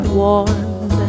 warm